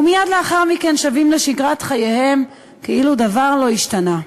ומייד לאחר מכן שבים לשגרת חייהם כאילו דבר לא השתנה.